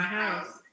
house